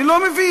אני לא מבין.